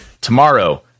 Tomorrow